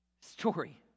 story